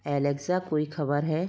Alexa क्या कोई खबर है